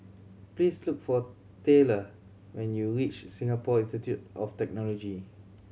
please look for Tayla when you reach Singapore Institute of Technology